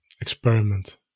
experiment